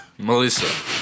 Melissa